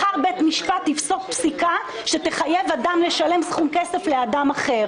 מחר בית משפט יפסוק פסיקה שתחייב אדם לשלם סכום כסף לאדם אחר.